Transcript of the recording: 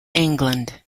england